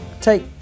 take